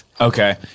Okay